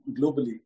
globally